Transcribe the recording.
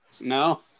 No